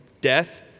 Death